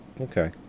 Okay